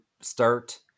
start